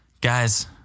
guys